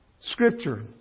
Scripture